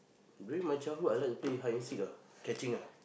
during my childhood I like to play hide and seek ah catching ah